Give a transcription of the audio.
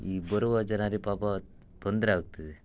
ಈ ಬರುವ ಜನರಿಗೆ ಪಾಪ ತೊಂದರೆ ಆಗ್ತಿದೆ